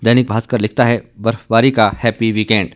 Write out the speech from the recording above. दैनिक भास्कर लिखता है बर्फबारी का हैप्पी वीकेंड